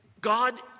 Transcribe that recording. God